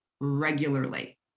regularly